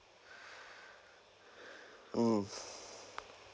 mm